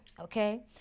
Okay